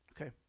Okay